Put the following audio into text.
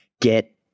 Get